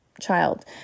child